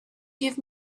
give